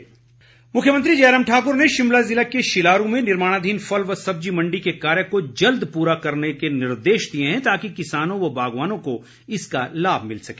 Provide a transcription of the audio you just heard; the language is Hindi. मुख्यमंत्री मुख्यमंत्री जयराम ठाकुर ने शिमला ज़िला के शिलारू में निर्माणाधीन फल व सब्जी मंडी के कार्य को जल्द पूरा करने के निर्देश दिए हैं ताकि किसानों व बागवानों को इसका लाभ मिल सके